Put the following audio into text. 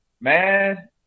man